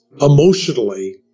emotionally